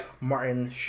Martin